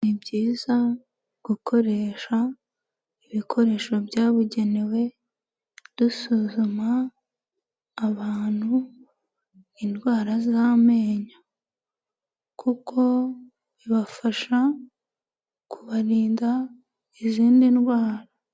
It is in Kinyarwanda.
Ni byiza gukoresha ibikoresho byabugenewe dusuzuma abantu indwara z'amenyo kuko bibafasha kubarinda izindi ndwara.